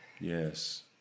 Yes